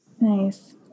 Nice